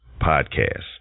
Podcast